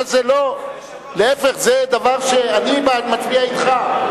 להיפך, זה דבר שאני מצביע אתך.